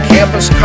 Campus